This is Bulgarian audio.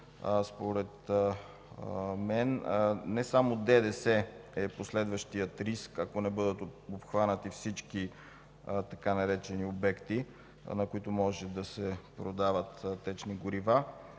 Според мен не само ДДС е последващият риск, ако не бъдат обхванати всички така наречени „обекти”, на които могат да се продават течни горива,